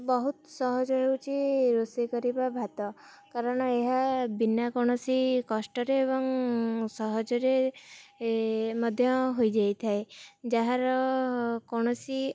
ବହୁତ ସହଜ ହେଉଛି ରୋଷେଇ କରିବା ଭାତ କାରଣ ଏହା ବିନା କୌଣସି କଷ୍ଟରେ ଏବଂ ସହଜରେ ମଧ୍ୟ ହୋଇଯାଇଥାଏ ଯାହାର କୌଣସି